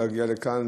להגיע לכאן,